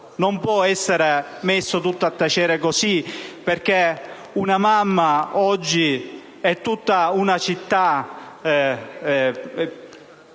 Non può essere messo tutto a tacere così: oggi una mamma e tutta una città